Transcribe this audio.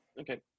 okay